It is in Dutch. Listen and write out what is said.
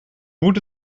moet